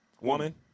woman